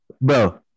bro